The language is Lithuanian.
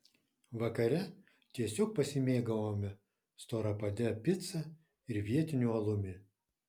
vakare tiesiog pasimėgavome storapade pica ir vietiniu alumi